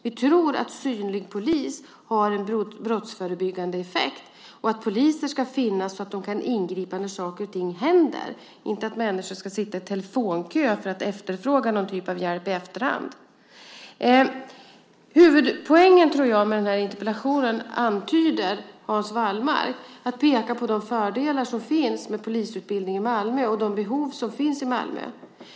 Vi tror att en synlig polis har en brottsförebyggande effekt och att poliser ska finnas så att de kan ingripa när saker och ting händer, inte att människor ska sitta i telefonkö för att efterfråga någon typ av hjälp i efterhand. Huvudpoängen med den här interpellationen tror jag att Hans Wallmark antyder, nämligen att peka på de fördelar som finns med en polisutbildning i Malmö och de behov som finns i Malmö.